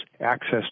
access